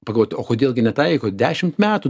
pagavot o kodėl gi netaiko dešimt metų